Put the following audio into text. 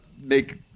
make